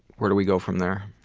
where do we go from there?